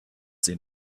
seen